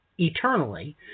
Eternally